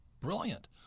brilliant